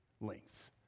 lengths